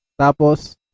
Tapos